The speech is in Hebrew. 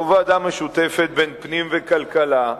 או ועדה משותפת בין פנים וכלכלה.